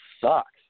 sucks